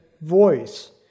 voice